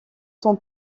son